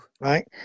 Right